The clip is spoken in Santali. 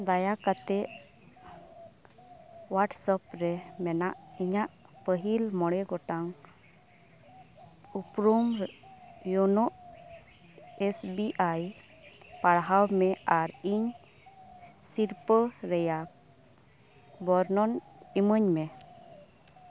ᱫᱟᱭᱟ ᱠᱟᱛᱮᱜ ᱚᱭᱟᱴᱥᱚᱯ ᱨᱮ ᱢᱮᱱᱟᱜ ᱤᱧᱟᱜ ᱯᱟᱹᱦᱤᱞ ᱢᱚᱬᱮ ᱜᱚᱴᱟᱝ ᱩᱯᱨᱩᱢ ᱭᱩᱱᱳᱜ ᱮᱥ ᱵᱤ ᱟᱭ ᱯᱟᱲᱦᱟᱣ ᱢᱮ ᱟᱨ ᱤᱧ ᱥᱤᱨᱯᱟᱹ ᱨᱮᱭᱟᱜ ᱵᱚᱨᱱᱚᱱ ᱤᱢᱟᱹᱧ ᱢᱮ